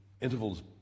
intervals